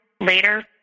later